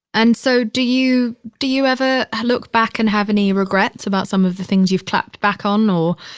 and so do you, do you ever look back and have any regrets about some of the things you've clapped back on or,